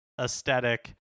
aesthetic